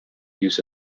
use